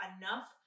enough